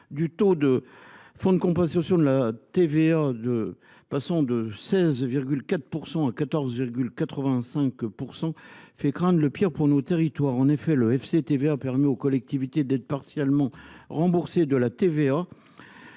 du taux du fonds de compensation pour la TVA, celui ci passant de 16,4 % à 14,85 %, font craindre le pire pour nos territoires. En effet, le FCTVA permet à nos collectivités d’être partiellement remboursées de la TVA